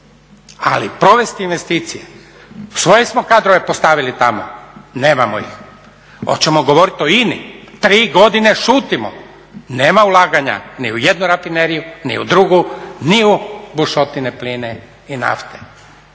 ali provesti investicije, svoje smo kadrove postavili tamo, nemamo ih. Hoćemo govorit o INA-i? Tri godine šutimo, nema ulaganja ni u jednu rafineriju, ni u drugu, ni u bušotine plina i nafte.